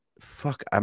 fuck